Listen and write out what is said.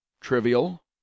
trivial